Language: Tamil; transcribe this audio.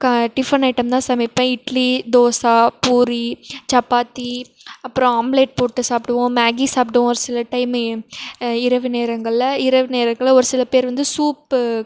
கா டிஃபன் ஐட்டம் தான் சமைப்பேன் இட்லி தோசை பூரி சப்பாத்தி அப்புறம் ஆம்லேட் போட்டு சாப்பிடுவோம் மேகி சாப்பிடுவோம் ஒரு சில டைமு இரவு நேரங்களில் இரவு நேரங்களில் ஒரு சில பேர் வந்து சூப்பு